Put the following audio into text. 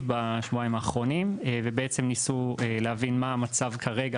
בשבועיים האחרונים ובעצם ניסו להבין מה המצב כרגע,